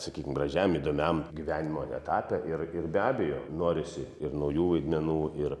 sakykim gražiam įdomiam gyvenimo etape ir ir be abejo norisi ir naujų vaidmenų ir